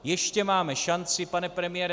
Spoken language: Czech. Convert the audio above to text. Ještě máme šanci, pane premiére.